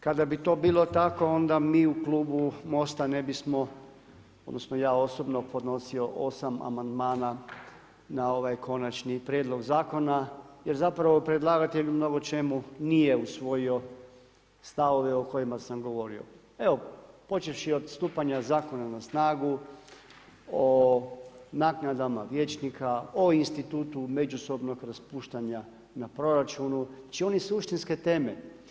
Kada bi to bilo tako onda mi u klubu Most-a ne bismo odnosno ja osobno podnosio osam amandmana na ovaj konačni prijedlog zakona jer predlagatelj u mnogo čemu nije usvojio stavove o kojima sam govorio, evo počevši od stupanja zakona na snagu, o naknadama vijećnika, o institutu međusobnog raspuštanja na proračunu, znači one suštinske teme.